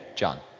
john.